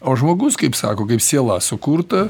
o žmogus kaip sako kaip siela sukurta